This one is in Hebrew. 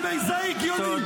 נו, זה הגיוני.